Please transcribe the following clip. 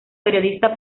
periodista